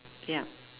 yup